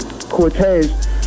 Cortez